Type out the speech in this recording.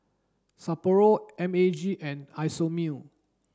Sapporo M A G and Isomil